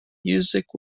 music